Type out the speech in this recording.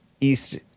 east